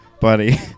Buddy